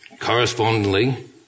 correspondingly